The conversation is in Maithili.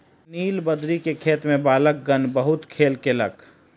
नीलबदरी के खेत में बालकगण बहुत खेल केलक